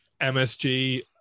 MSG